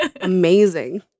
Amazing